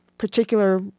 particular